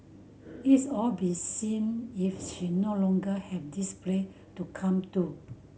is all be seem if she no longer have this place to come to